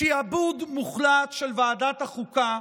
שיעבוד מוחלט של ועדת החוקה,